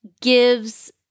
gives